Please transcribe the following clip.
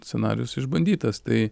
scenarijus išbandytas tai